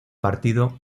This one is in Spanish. partido